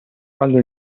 quando